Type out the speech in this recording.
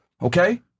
Okay